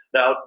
Now